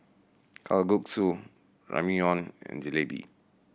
Kalguksu Ramyeon and Jalebi